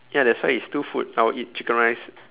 ya that's why it's two food I would eat chicken rice